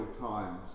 times